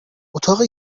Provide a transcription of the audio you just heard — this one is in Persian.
اتاق